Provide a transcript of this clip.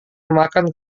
memakan